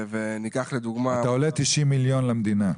אתה עולה 90 מיליון שקלים למדינה.